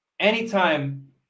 Anytime